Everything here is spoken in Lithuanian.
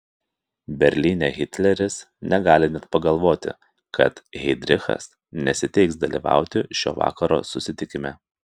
berlyne hitleris negali net pagalvoti kad heidrichas nesiteiks dalyvauti šio vakaro susitikime